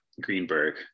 Greenberg